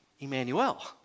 Emmanuel